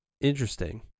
interesting